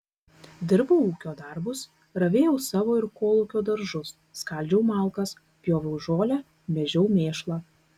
dirbau ūkio darbus ravėjau savo ir kolūkio daržus skaldžiau malkas pjoviau žolę mėžiau mėšlą